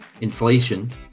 inflation